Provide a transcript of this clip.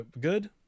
good